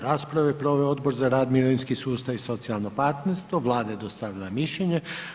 Raspravu je proveo Odbor za rad, mirovinski sustav i socijalno partnerstvo, Vlada je dostavila mišljenje.